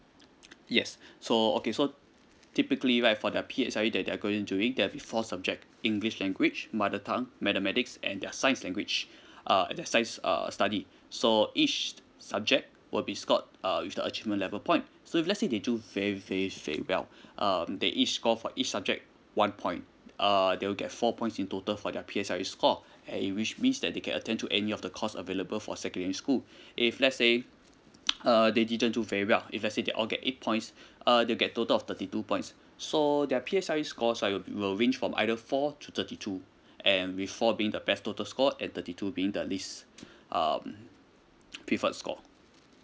yes so okay so typically right for the P_S_L_E that they are going to do it there will be four subjects english language mother tongue mathematics and their science language uh that science err study so each subject will be scored err with the achievement level point so if let's say they do very very very well um they each score for each subject one point uh they will get four points in total for their P_S_L_E score and which means that they can attend to any of the course available for secondary school if let's say uh they didn't do very well if let's say they all get eight points uh they'll get total of thirty two points so their P_S_L_E score wi~ will range from either four to thirty two and with four being the best total score at thirty two being the least um preferred score